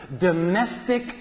Domestic